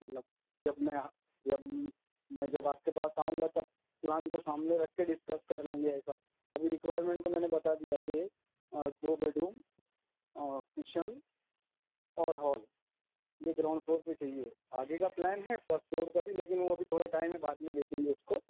مطلب جب میں آ جب میں جب آپ کے پاس آؤں گا تب پلان کو سامنے رکھ کے ڈسکس کر لیں گے ایسا ابھی رکوائرمنٹ تو میں نے بتا دیا کہ دو بیڈ روم اور کچن اور ہال یہ گراؤنڈ فلور پہ چاہیے آگے کا پلان ہے فسٹ فلور کا بھی لیکن وہ ابھی تھوڑا ٹائم ہے بعد میں دیکھیں گے اس کو